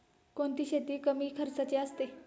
कोणती शेती कमी खर्चाची असते?